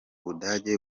budage